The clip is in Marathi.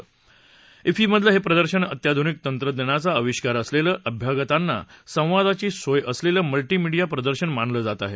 क्फीमधलं हे प्रदर्शन अत्याधुनिक तंत्रज्ञानाचा आविष्कार असलेलं अभ्यागतांना संवादाची सोय असलेलं मल्टिमीडिया प्रदर्शन मानलं जात आहे